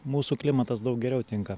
mūsų klimatas daug geriau tinka